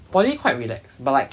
poly quite relax but like